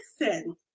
Listen